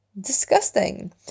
disgusting